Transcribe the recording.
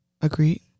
Agreed